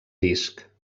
disc